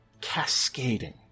cascading